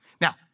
Now